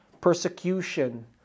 persecution